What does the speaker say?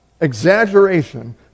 exaggeration